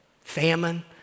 Famine